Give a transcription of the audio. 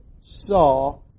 saw